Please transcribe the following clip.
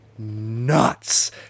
Nuts